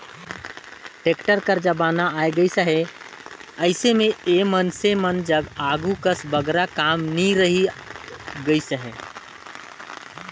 tractor कर जमाना आए गइस अहे, अइसे मे ए मइनसे मन जग आघु कस बगरा काम नी रहि गइस अहे